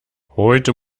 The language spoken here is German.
heute